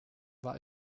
war